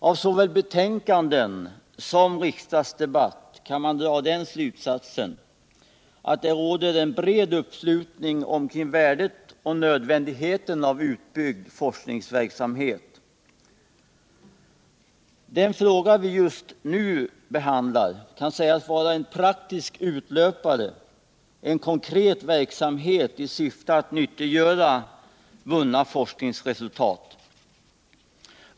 Av såväl betänkanden som riksdagsdebatt kan man dra den slutsatsen att det råder en bred uppslutning kring värdet och nödvändigheten av en utbyggnad av forskningsverksamheten. Den fråga vi just nu behandlar kan sägas vara en praktisk utlöpare, en konkret verksamhet i syfte att nyttiggöra vunna forskningsresultat.